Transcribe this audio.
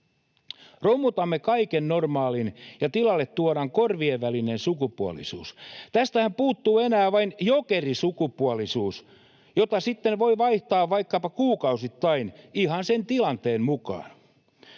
Romutamme kaiken normaalin, ja tilalle tuodaan korvien välinen sukupuolisuus. Tästähän puuttuu enää vain jokerisukupuolisuus, jota sitten voi vaihtaa vaikkapa kuukausittain ihan sen tilanteen mukaan.